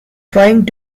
trying